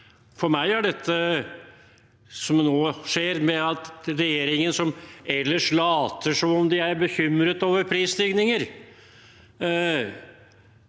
For meg er det som nå skjer, at regjeringen later som om de er bekymret over prisstigningen,